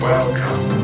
Welcome